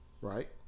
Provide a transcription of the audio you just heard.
right